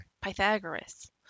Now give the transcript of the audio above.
Pythagoras